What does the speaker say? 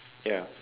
ya